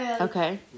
Okay